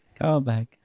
Callback